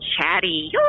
chatty